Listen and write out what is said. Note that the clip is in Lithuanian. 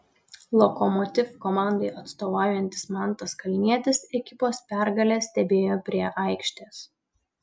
lokomotiv komandai atstovaujantis mantas kalnietis ekipos pergalę stebėjo prie aikštės